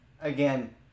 again